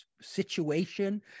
situation